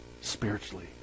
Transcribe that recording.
spiritually